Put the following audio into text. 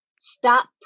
stop